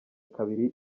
kabiri